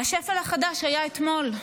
והשפל החדש היה אתמול.